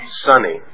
sunny